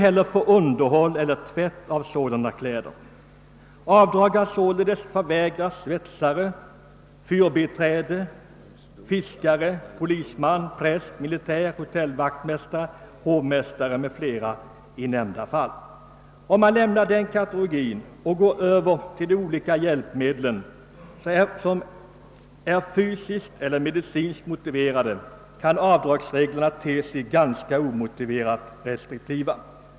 heller för underhåll eller tvätt av sådana kläder. Avdrag har sålunda vägrats svetsare, fyrbiträde; fiskare, polisman, präst, militär, hotellvaktmästare, hovmästare m.fl. Avdragsreglerna beträffande hjälpmedel som är fysiskt eller medicinskt motiverade ter sig ofta onödigt restriktiva.